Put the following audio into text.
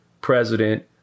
president